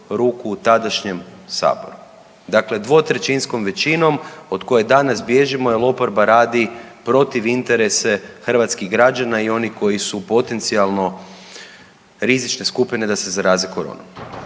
ruku u tadašnjem Saboru. Dakle, dvotrećinskom većinom, od koje danas bježimo jer oporba radi protiv interese hrvatskih građana i onih koji su potencijalno rizična skupina, da se zaraze koronom.